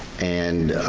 and.